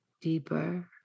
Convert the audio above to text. deeper